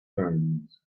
turns